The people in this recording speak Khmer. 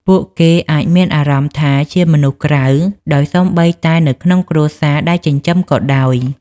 ពួកគេអាចមានអារម្មណ៍ថាជាមនុស្សក្រៅ ដោយសូម្បីតែនៅក្នុងគ្រួសារដែលចិញ្ចឹមក៏ដោយ។